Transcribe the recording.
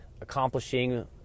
accomplishing